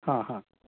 हां हां